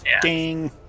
Ding